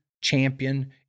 champion